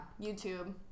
YouTube